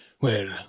Well